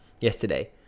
yesterday